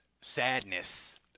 sadness